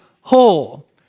whole